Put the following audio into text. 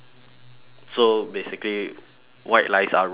so basically white lies are wrong to you